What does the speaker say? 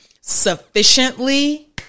sufficiently